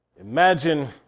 Imagine